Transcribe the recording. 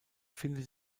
findet